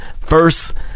first